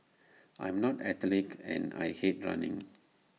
I am not athletic and I hate running